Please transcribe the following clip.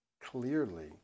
clearly